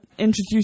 introduce